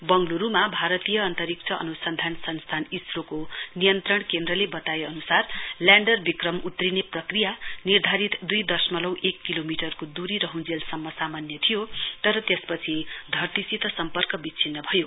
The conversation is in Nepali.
बंगलुरूमा भारतीय अन्तरिक्ष अनुसन्धान संस्थान इसरो को नियन्त्रण केन्द्रले बताए अनुसार ल्याण्डर विक्रम उत्रिने प्रक्रिया निर्धारित दुइ दशमलव एक किलोमिटरको दूरी रहञ्जेलसम्म सामान्य थियो तर त्यसपछि धरतीसित सम्पर्क विच्छिन्न भयो